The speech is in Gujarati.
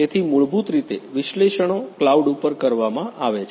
તેથી મૂળભૂત રીતે વિશ્લેષણો કલાઉડ પર કરવામાં આવે છે